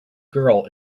girl